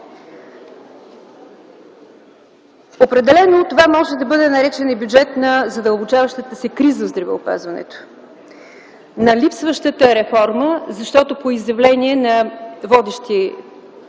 Определено това може да бъде наречен Бюджет на задълбочаващата се криза в здравеопазването, на липсващата реформа, защото по изявления на водещи